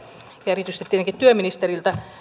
erityisesti tietenkin työministeriltä